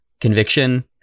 conviction